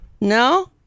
No